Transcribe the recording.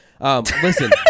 Listen